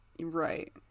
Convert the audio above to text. Right